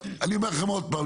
אני אומר לכם עוד פעם,